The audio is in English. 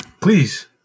Please